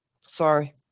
Sorry